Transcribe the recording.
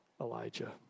Elijah